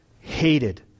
hated